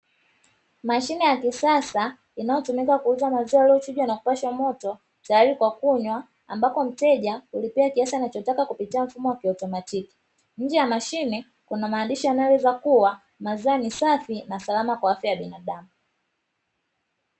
Mashine ya kisasa inayotumika kuuza maziwa yaliyochujwa na kupashwa moto tayari kwa kunywa, ambapo mteja hulipia kiasi anachotaka kupitia mfumo wa kiautomatiki, nje ya mashine kuna maandishi yanayoelezea kuwa maziwa ni safi na salama kwa afya ya binadamu.